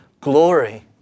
Glory